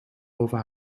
over